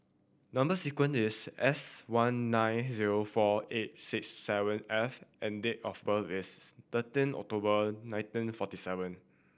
number sequence is S one nine zero four eight six seven F and date of birth is thirteen October nineteen forty seven